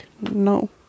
No